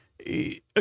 okay